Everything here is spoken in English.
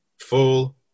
full